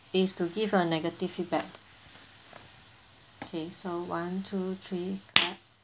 is to give a negative feedback okay so one two three clap